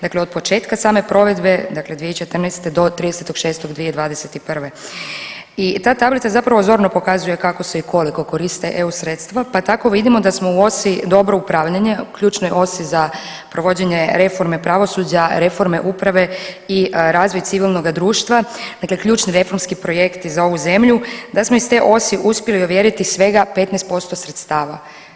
Dakle od početka same provedbe, dakle 2014. do 30.6.2021. i ta tablica zapravo zorno pokazuje kako se i koliko koriste EU sredstva pa tako vidimo da smo u osi Dobro upravljanje, ključnoj osi za provođenje reforme pravosuđa, reforme uprave i razvoj civilnoga društva, dakle ključni reformski projekti za ovu zemlju, da smo iz te osi uspjeli ovjeriti svega 15% sredstava.